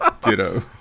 Ditto